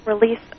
release